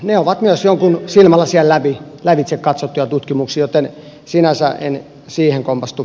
ne ovat myös jonkun silmälasien lävitse katsottuja tutkimuksia joten sinänsä en siihen kompastu